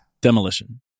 Demolition